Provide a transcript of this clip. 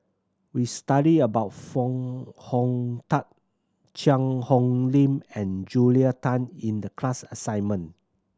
we studied about Foo Hong Tatt Cheang Hong Lim and Julia Tan in the class assignment